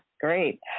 Great